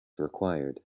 required